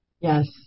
Yes